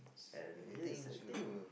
and yes I think